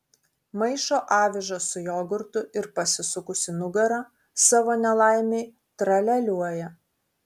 maišo avižas su jogurtu ir pasisukusi nugara savo nelaimei tralialiuoja